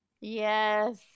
yes